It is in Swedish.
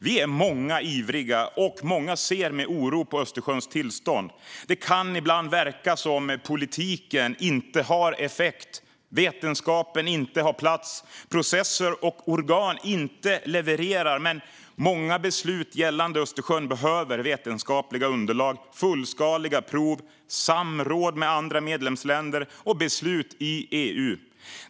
Vi är många ivriga, och många ser med oro på Östersjöns tillstånd. Det kan ibland verka som att politiken inte har effekt, vetenskapen inte har plats, processer och organ inte levererar. Men många beslut gällande Östersjön behöver vetenskapliga underlag, fullskaliga prov, samråd med andra medlemsländer och beslut i EU.